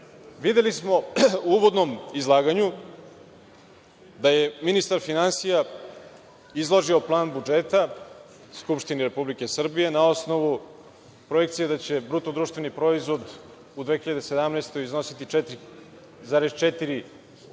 videli smo u uvodnom izlaganju da je ministar finansija izložio plan budžeta Skupštini Republike Srbije na osnovu projekcije da će BDP u 2017. godini iznosi 4,4